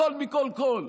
הכול מכול כול,